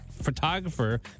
photographer